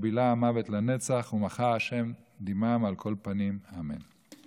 "בלע המות לנצח ומחה ה' דמעה מעל כל פנים", אמן.